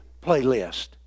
playlist